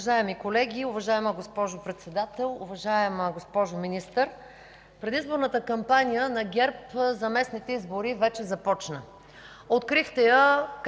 Уважаеми колеги, уважаема госпожо Председател! Уважаема госпожо Министър, предизборната кампания на ГЕРБ за местните избори вече започна.